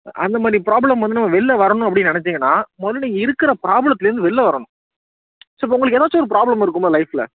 அந்தமாதிரி ப்ராப்ளம் வந்து நம்ம வெளில வரணும் அப்படினு நினச்சீங்கன்னா முதல்ல இருக்கிற ப்ராப்ளத்திலேருந்து வெளில வரணும் ஸோ இப்போது உங்களுக்கு ஏதாச்சும் ஒரு ப்ராப்ளம் இருக்கும்ல லைஃப்ல